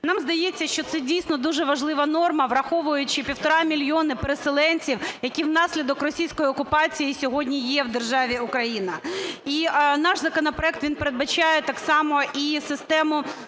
Нам здається, що це, дійсно, дуже важлива норма враховуючи 1,5 мільйона переселенців, які внаслідок російської окупації сьогодні є в державі Україна. І наш законопроект він передбачає так само і систему